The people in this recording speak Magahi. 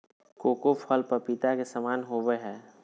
कोको फल पपीता के समान होबय हइ